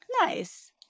Nice